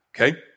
Okay